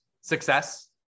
Success